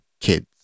kids